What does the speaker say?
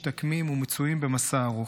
משתקמים ומצויים במסע ארוך.